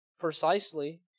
precisely